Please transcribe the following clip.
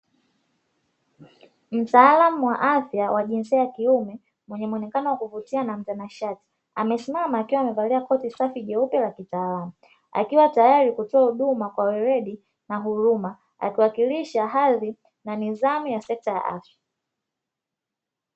Mtaalamu wa afya wa jinsia ya kiume mwenye muonekano wa kuvutia na mtanashati amesiamma akiwa amevalia koti jeupe safi na la kitaalamu. Akiwa tayari kutoa huduma kwa uweledi na huruma, akiwakilisha hali na nidhamu ya sekta ya afya.